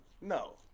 No